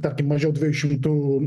tarkim mažiau dviejų šimtų